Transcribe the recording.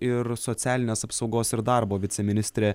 ir socialinės apsaugos ir darbo viceministrė